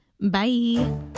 Bye